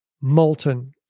molten